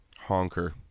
honker